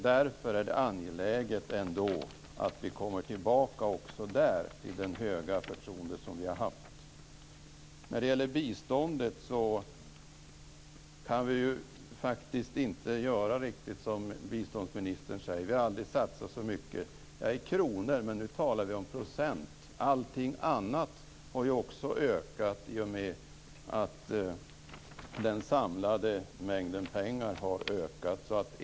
Därför är det angeläget att vi kommer tillbaka i det höga förtroende som vi har haft. När det gäller biståndet kan vi faktiskt inte riktigt göra som biståndsministern och säga att vi aldrig satsat så mycket. Jo, i kronor, men nu talar vi om procent. Allting annat har också ökat i och med att den samlade mängden pengar har ökat.